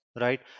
right